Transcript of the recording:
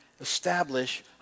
establish